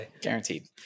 Guaranteed